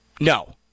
No